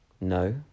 no